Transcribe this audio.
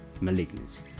malignancy